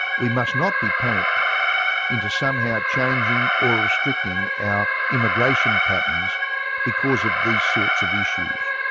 we must not be panicked into somehow changing or restricting our immigration patterns because of these sorts of issues.